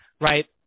right